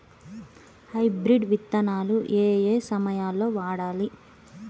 Hybrid విత్తనాలు ఏయే సమయాల్లో వాడాలి?